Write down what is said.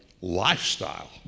lifestyle